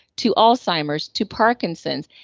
to alzheimer's to parkinson's.